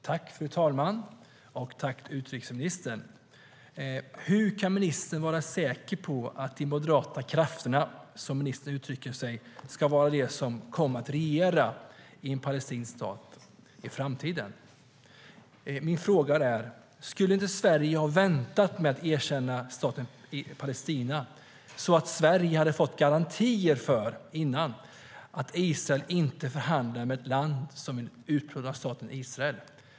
Fru talman! Tack, utrikesministern! Hur kan ministern vara säker på att de moderata krafterna, som ministern uttrycker sig, ska vara de som kommer att regera i en palestinsk stat i framtiden? Min fråga är: Skulle inte Sverige ha väntat med att erkänna staten Palestina så att Sverige innan hade fått garantier för att Israel inte förhandlar med ett land som vill utplåna staten Israel?